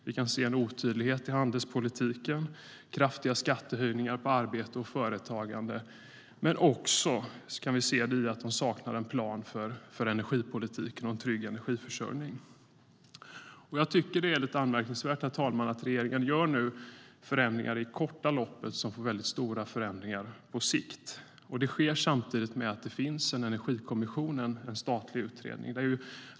Vi kan se en otydlighet i handelspolitiken och kraftiga skattehöjningar på arbete och företagande. Vi kan också se det i att de saknar en plan för energipolitiken och en trygg energiförsörjning. Herr talman! Det är lite anmärkningsvärt att regeringen nu gör förändringar i det korta loppet som leder till väldigt stora förändringar på sikt. Det sker samtidigt med att det finns en energikommission, en statlig utredning.